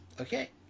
okay